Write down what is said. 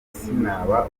sinaba